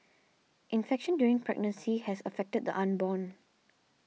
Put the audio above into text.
infection during pregnancy has affected the unborn